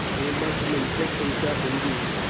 and it must have been thick and tough indeed.